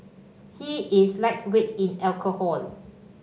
he is lightweight in alcohol